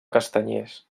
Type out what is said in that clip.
castanyers